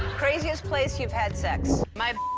craziest place you've had sex? my